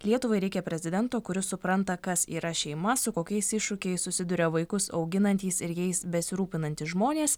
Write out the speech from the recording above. lietuvai reikia prezidento kuris supranta kas yra šeima su kokiais iššūkiais susiduria vaikus auginantys ir jais besirūpinantys žmonės